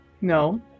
No